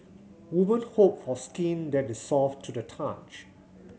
women hope for skin that is soft to the touch